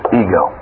ego